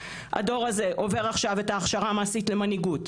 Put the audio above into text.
הדור הזה עובר עכשיו את ההכשרה המעשית למנהיגות,